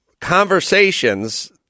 conversations